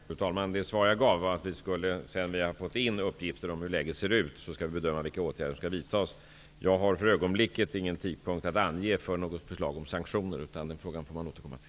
Fru talman! Det svar jag gav var att vi, efter det att vi har fått in uppgifter om hurdant läget är, skall bedöma vilka åtgärder som skall vidtas. Jag har för ögonblicket ingen tidpunkt att ange för något förslag om sanktioner, utan den frågan får vi återkomma till.